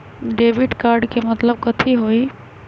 Debit card के मतलब कथी होई?